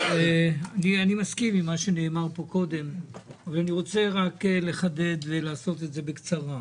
אני מסכים עם מה שנאמר פה קודם ואני רוצה רק לחדד ולעשות את זה בקצרה.